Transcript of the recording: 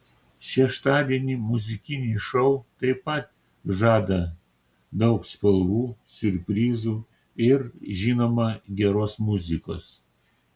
šeštadienį muzikinis šou taip pat žada daug spalvų siurprizų ir žinoma geros muzikos